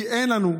כי אין לנו,